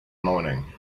morning